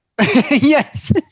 yes